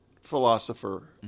philosopher